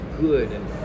good